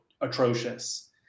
atrocious